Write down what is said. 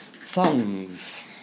Songs